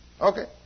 Okay